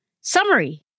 Summary